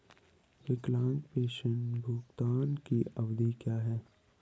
विकलांग पेंशन भुगतान की अवधि क्या है?